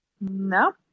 No